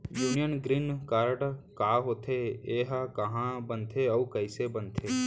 Union green card का होथे, एहा कहाँ बनथे अऊ कइसे बनथे?